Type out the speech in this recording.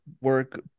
work